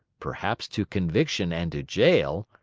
perhaps to conviction and to jail,